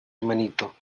hermanito